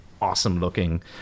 awesome-looking